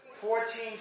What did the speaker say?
fourteen